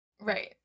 right